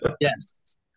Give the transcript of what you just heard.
Yes